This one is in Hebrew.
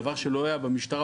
דבר שלא היה במשטרה,